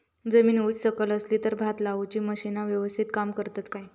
जमीन उच सकल असली तर भात लाऊची मशीना यवस्तीत काम करतत काय?